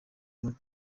muri